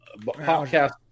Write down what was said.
Podcast